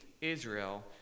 Israel